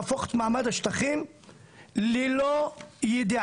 על מנת להפוך את מעמד השטחים ללא ידיעת